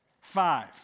Five